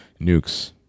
nukes